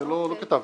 את זה לא כתבנו.